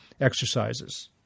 exercises